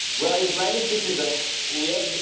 we are israeli citizens we have here